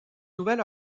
nouvelle